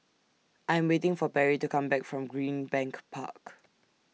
I Am waiting For Perry to Come Back from Greenbank Park